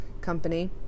company